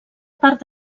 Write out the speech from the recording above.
part